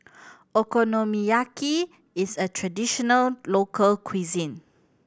Okonomiyaki is a traditional local cuisine